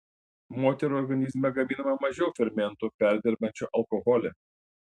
moterų organizme gaminama mažiau fermentų perdirbančių alkoholį